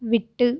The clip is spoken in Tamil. விட்டு